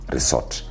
Resort